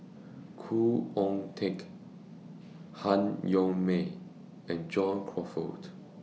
Khoo Oon Teik Han Yong May and John Crawfurd